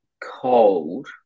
cold